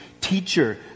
Teacher